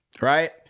right